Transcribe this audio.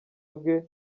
bwe